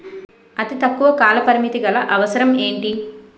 అతి తక్కువ కాల పరిమితి గల అవసరం ఏంటి